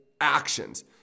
actions